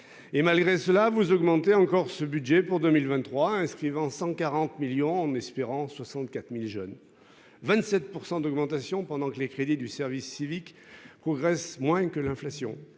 Et malgré cela vous augmentez encore ce budget pour 2023, inscrivant 140 millions en espérant 64.000 jeunes, 27% d'augmentation pendant que les crédits du service civique progresse moins que l'inflation